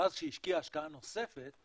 ואז כשהיא השקיעה השקעה נוספת היא